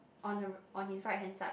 on her on his right hand side